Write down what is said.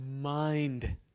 mind